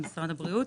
משרד הבריאות.